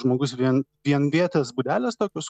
žmogus vien vienvietės būdelės tokios